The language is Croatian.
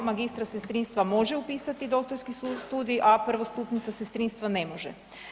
Magistra sestrinstva može upisati doktorski studij, a prvostupnica sestrinstva ne može.